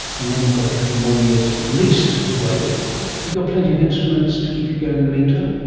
and then you got a couple more years at least to wait. have you got plenty of instruments to keep you going in the meantime?